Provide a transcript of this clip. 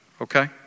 okay